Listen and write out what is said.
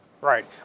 Right